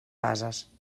bases